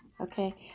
Okay